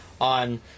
on